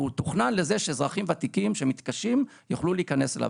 הוא תוכנן לזה שאזרחים ותיקים שמתקשים יוכלו להיכנס אליו.